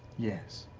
yes.